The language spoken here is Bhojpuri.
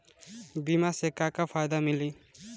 बीमा से का का फायदा मिली?